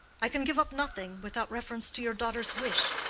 i can give up nothing without reference to your daughter's wish,